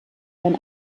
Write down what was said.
dann